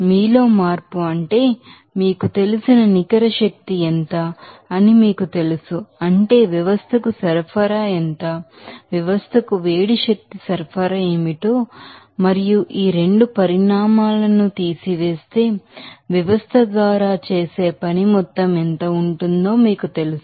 మీలో మార్పు అంటే మీకు తెలిసిన నికర శక్తి ఎంత అని మీకు తెలుసు అంటే వ్యవస్థకు సరఫరా ఎంత వ్యవస్థకు వేడి శక్తి సరఫరా ఏమిటో మరియు ఈ 2 పరిమాణాలను తీసివేస్తే వ్యవస్థ ద్వారా చేసే పని మొత్తం ఎంత ఉంటుందో మీకు తెలుసు